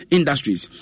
Industries